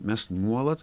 mes nuolat